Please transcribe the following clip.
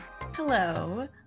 Hello